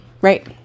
Right